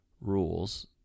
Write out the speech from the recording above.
rules